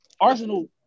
Arsenal